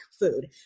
food